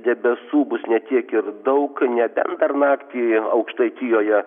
debesų bus ne tiek ir daug nebent dar naktį aukštaitijoje